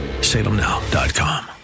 salemnow.com